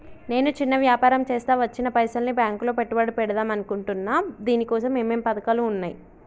నేను చిన్న వ్యాపారం చేస్తా వచ్చిన పైసల్ని బ్యాంకులో పెట్టుబడి పెడదాం అనుకుంటున్నా దీనికోసం ఏమేం పథకాలు ఉన్నాయ్?